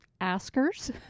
askers